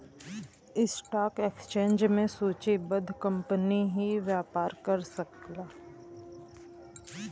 stock exchange में सूचीबद्ध company ही व्यापार कर सकला